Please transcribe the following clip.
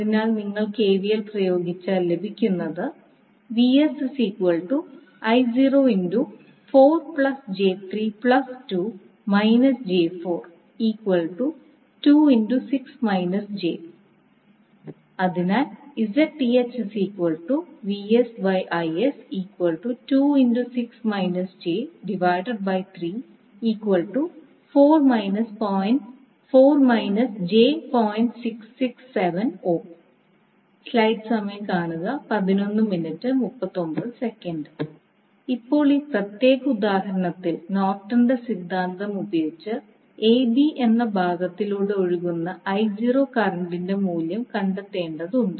അതിനാൽ നിങ്ങൾ കെവിഎൽ പ്രയോഗിച്ചാൽ ലഭിക്കുന്നത് അതിനാൽ ഇപ്പോൾ ഈ പ്രത്യേക ഉദാഹരണത്തിൽ നോർട്ടന്റെ സിദ്ധാന്തം ഉപയോഗിച്ച് ab എന്ന ഭാഗത്തിലൂടെ ഒഴുകുന്ന കറൻറ് ഇന്റെ മൂല്യം കണ്ടെത്തേണ്ടതുണ്ട്